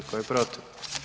Tko je protiv?